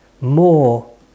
more